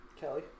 Kelly